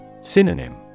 Synonym